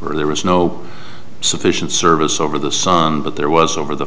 where there was no sufficient service over the son but there was over the